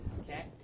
Okay